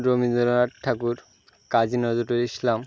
Rabindranath Thakur Kazi Nazrul Islam